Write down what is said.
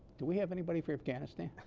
do we have anybody for afghanistan